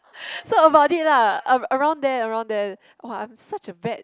so about it lah arou~ around there around there !wah! I'm such a bad